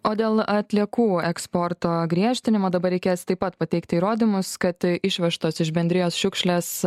o dėl atliekų eksporto griežtinimo dabar reikės taip pat pateikti įrodymus kad išvežtos iš bendrijos šiukšlės